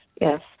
yes